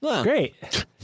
Great